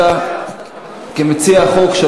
אבל האם לפחות את המינימום,